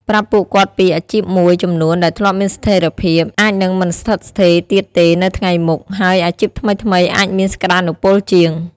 ប្រាប់ពួកគាត់ពី អាជីពមួយចំនួនដែលធ្លាប់មានស្ថិរភាព អាចនឹងមិនស្ថិតស្ថេរទៀតទេនៅថ្ងៃមុខ ហើយអាជីពថ្មីៗអាចមានសក្តានុពលជាង។